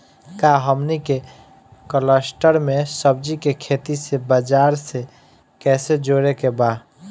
का हमनी के कलस्टर में सब्जी के खेती से बाजार से कैसे जोड़ें के बा?